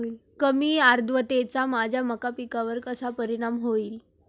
कमी आर्द्रतेचा माझ्या मका पिकावर कसा परिणाम होईल?